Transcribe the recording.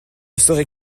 serais